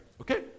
Okay